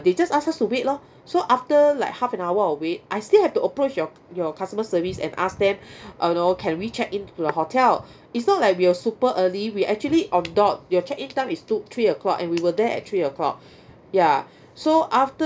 they just ask us to wait lor so after like half an hour of wait I still have to approach your your customer service and ask them you know can we check into the hotel it's not like we're super early we actually on dot your check in time is two three O'clock and we were there at three O'clock ya so after